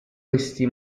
questi